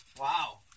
Wow